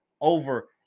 over